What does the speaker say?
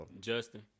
Justin